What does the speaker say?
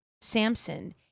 Samson